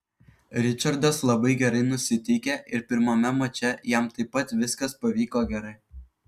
ričardas labai gerai nusiteikė ir pirmame mače jam taip pat viskas pavyko gerai